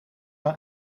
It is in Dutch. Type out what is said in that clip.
van